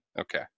Okay